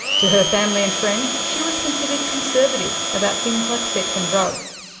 to her family and friends, she was considered conservative about things like sex and drugs.